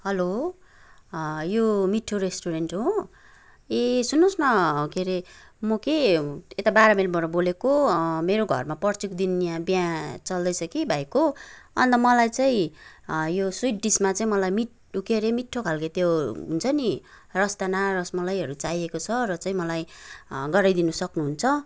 hello यो मिठो restaurant हो ए सुन्नोस् न के रे म के यता बाह्र माइलबाट बोलेको मेरो घरमा पर्सीको दिन या बिहा चल्दैछ कि भाइको अन्त मलाई चाहिँ यो स्विट डिसमा चाहिँ मलाई मिट के अरे मिट्ठो खालके त्यो हुन्छ नि रसदाना रस मलाईहरू चाइएको छ र चाहिँ मलाई गराइदिनु सक्नु हुन्छ